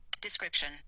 description